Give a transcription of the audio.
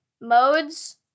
Modes